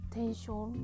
tension